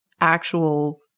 actual